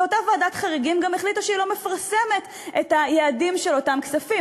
ואותה ועדת חריגים גם החליטה שהיא לא מפרסמת את היעדים של אותם כספים.